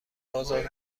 آزاد